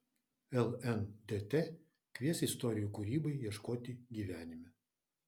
lndt kvies istorijų kūrybai ieškoti gyvenime